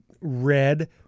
red